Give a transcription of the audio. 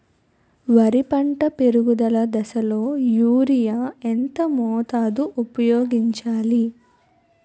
వరి పంట పెరుగుదల దశలో యూరియా ఎంత మోతాదు ఊపయోగించాలి?